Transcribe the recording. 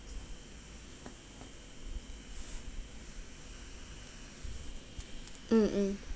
mm mm